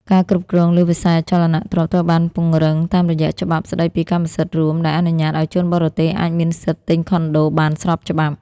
ការគ្រប់គ្រងលើវិស័យអចលនទ្រព្យត្រូវបានពង្រឹងតាមរយៈច្បាប់ស្ដីពីកម្មសិទ្ធិរួម ដែលអនុញ្ញាតឱ្យជនបរទេសអាចមានសិទ្ធិទិញខុនដូបានស្របច្បាប់។